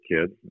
kids